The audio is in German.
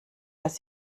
dass